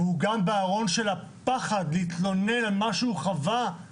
והוא גם בארון של הפחד להתלונן על מה שהוא חווה כי